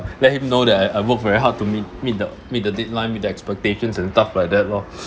let him know that I I work very hard to meet meet the meet the deadline meet the expectations and stuff like that lor